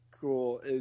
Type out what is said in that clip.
cool